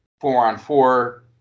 four-on-four